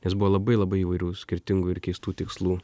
nes buvo labai labai įvairių skirtingų ir keistų tikslų